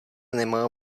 nemá